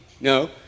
No